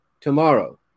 tomorrow